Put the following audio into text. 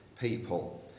people